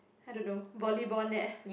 I don't know volleyball net